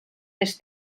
més